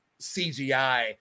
CGI